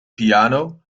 piano